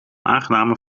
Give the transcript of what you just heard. aangename